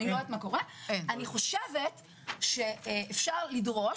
אני חושבת שאפשר לדרוש,